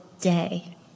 day